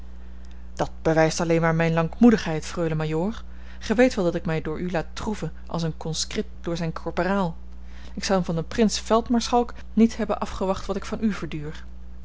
dat bewijst alleen maar mijne lankmoedigheid freule majoor gij weet wel dat ik mij door u laat troeven als een conscrit door zijn korporaal ik zou van den prins veldmaarschalk niet hebben afgewacht wat ik van u verduur